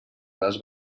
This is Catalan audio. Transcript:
les